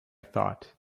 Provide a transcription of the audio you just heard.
thought